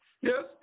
Yes